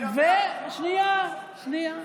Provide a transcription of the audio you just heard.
שנייה, שנייה.